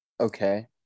Okay